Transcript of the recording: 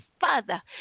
Father